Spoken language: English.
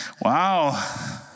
Wow